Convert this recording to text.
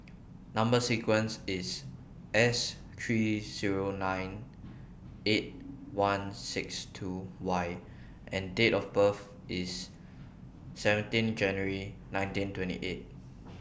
Number sequence IS S three Zero nine eight one six two Y and Date of birth IS seventeen January nineteen twenty eight